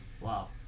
Wow